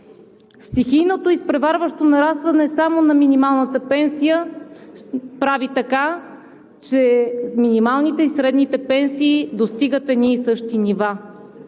Стихийното и изпреварващо нарастване само на минималната пенсия прави така, че минималните и средните пенсии достигат едни и същи нива,